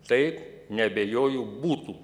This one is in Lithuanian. taip neabejoju būtų